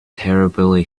terribly